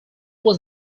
was